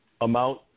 amount